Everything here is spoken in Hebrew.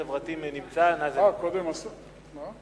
הצעת החוק עברה בקריאה ראשונה ותעבור לדיון בוועדת הכלכלה.